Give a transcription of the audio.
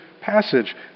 passage